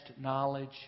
knowledge